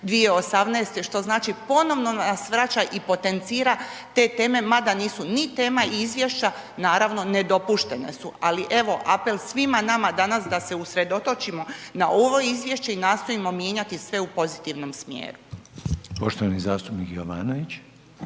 2018. što znači ponovno nas vraća i potencira te teme mada nisu ni tema izvješća, naravno nedopuštene su ali evo, apel svima nama danas da se usredotočimo na ovo izvješće i nastojimo mijenjati sve u pozitivnom smjeru.